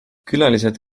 külalised